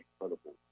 incredible